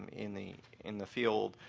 in the in the field,